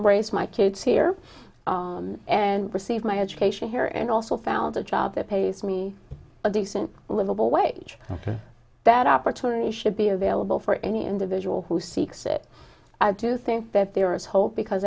raised my kids here and received my education here and also found a job that pays me a decent livable wage that opportunity should be available for any individual who seeks it i do think that there is hope because